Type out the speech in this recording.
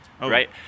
Right